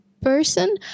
person